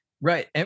Right